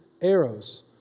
arrows